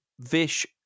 Vish